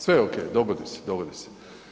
Sve ok, dogodi se, dogodi se.